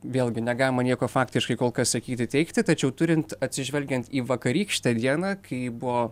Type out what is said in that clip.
vėlgi negalima nieko faktiškai kol kas sakyti teigti tačiau turint atsižvelgiant į vakarykštę dieną kai buvo